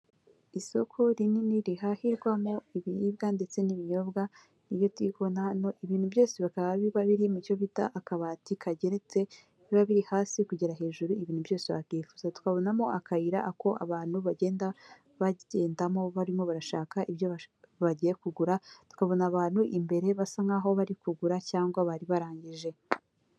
Isoko rinini rihahirwamo ibiribwa ndetse n'ibinyobwa ni ryo turi kubona hano, ibintu byose bikaba biba biri mu cyo bita akabati kageretse, biba biri hasi kugera hejuru ibintu byose wakifuza. Tukabonamo akayira ako abantu bagenda bagendamo barimo barashaka ibyo bagiye kugura, tukabona abantu imbere basa nk'aho bari kugura cyangwa bari barangije.